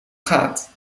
gaat